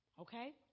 Okay